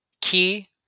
Key